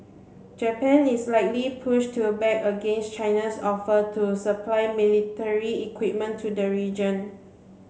Japan is likely push to back against China's offer to supply military equipment to the region